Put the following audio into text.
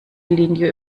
linie